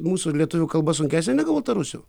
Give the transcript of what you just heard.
mūsų lietuvių kalba sunkesnė negu baltarusių